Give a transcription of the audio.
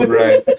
right